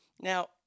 Now